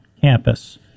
campus